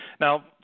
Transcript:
Now